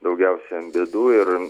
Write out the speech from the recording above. daugiausia bėdų ir